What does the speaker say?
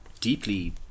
deeply